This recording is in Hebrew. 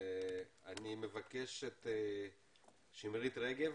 אני מבקש את עו"ד שמרית רגב